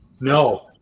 No